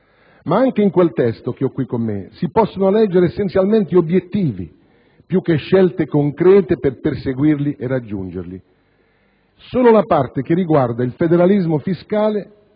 Ma anche in quel testo, che ho qui con me, si possono leggere essenzialmente obiettivi più che scelte concrete per perseguirli e raggiungerli. Solo la parte che riguarda il federalismo fiscale,